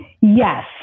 Yes